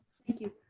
thank you.